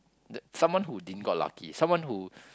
that someone who didn't got lucky someone who